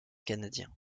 canadien